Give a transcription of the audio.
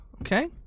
Okay